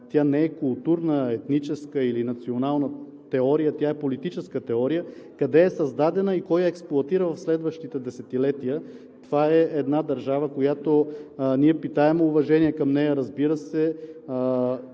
тя не е културна, етническа или национална теория, тя е политическа теория, къде е създадена и кой я експлоатира в следващите десетилетия. Това е една държава, към която ние питаем уважение, разбира се,